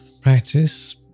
practice